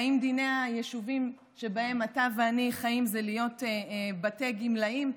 האם דין היישובים שבהם אתה ואני חיים זה להיות בתי גמלאים?